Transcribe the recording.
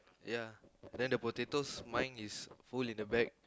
ya then the potatoes mine is full in the bag